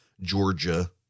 Georgia